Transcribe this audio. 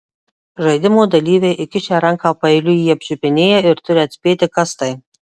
žaidimo dalyviai įkišę ranką paeiliui jį apčiupinėja ir turi atspėti kas tai